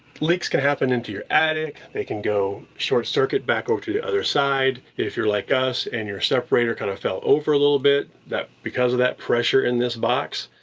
leaks can happen into your attic. they can go short circuit back over to the other side. if you're like us and your separator kind of fell over a little bit, because of that pressure in this box,